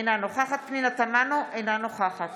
אינה נוכחת פנינה תמנו, אינה נוכחת